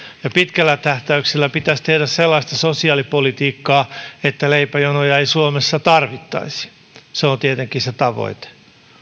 ja pitkällä tähtäyksellä pitäisi tehdä sellaista sosiaalipolitiikkaa että leipäjonoja ei suomessa tarvittaisi se on tietenkin se tavoite